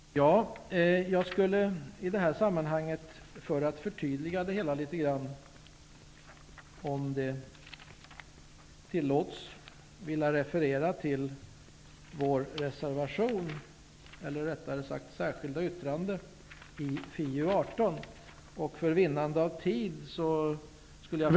För att förtydliga mig litet grand skulle jag i detta sammanhang om det tillåts vilja referera till vårt särskilda yttrande i finansutskottets betänkande 18.